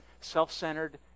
self-centered